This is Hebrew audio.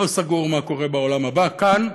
לא סגור מה קורה בעולם הבא, כאן,